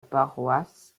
paroisse